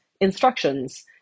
instructions